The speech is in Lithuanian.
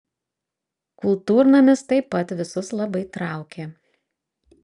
kultūrnamis taip pat visus labai traukė